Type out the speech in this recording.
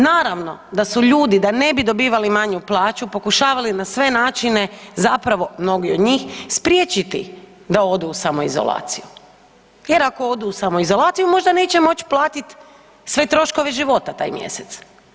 Naravno da su ljudi da ne bi dobivali manju plaću pokušavali na sve načine, zapravo mnogi od njih, spriječiti da odu u samoizolaciju jer ako odu u samoizolaciju možda neće moć platit sve troškove života taj mjesec.